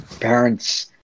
parents